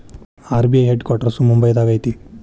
RBI headquarters ಮುಂಬೈದಾಗ ಐತಿ